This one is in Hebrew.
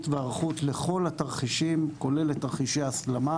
וההיערכות לכל התרחישים כולל לתרחישי הסלמה